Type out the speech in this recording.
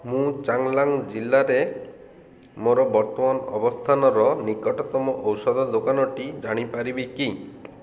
ମୁଁ ଚାଙ୍ଗ୍ଲାଙ୍ଗ୍ ଜିଲ୍ଲାରେ ମୋର ବର୍ତ୍ତମାନ ଅବସ୍ଥାନର ନିକଟତମ ଔଷଧ ଦୋକାନଟି ଜାଣିପାରିବି କି